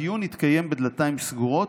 הדיון יתקיים בדלתיים סגורות.